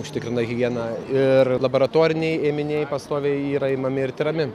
užtikrina higieną ir labaratoriniai ėminiai pastoviai yra imami ir tirami